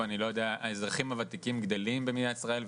האזרחים הוותיקים גדלים במדינת ישראל,